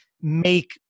make